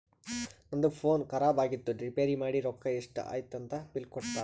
ನಂದು ಫೋನ್ ಖರಾಬ್ ಆಗಿತ್ತು ರಿಪೇರ್ ಮಾಡಿ ರೊಕ್ಕಾ ಎಷ್ಟ ಐಯ್ತ ಅಂತ್ ಬಿಲ್ ಕೊಡ್ತಾರ್